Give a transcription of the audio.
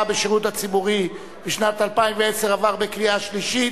בשירות הציבורי בשנת 2010 (הוראת שעה) עברה בקריאה שלישית,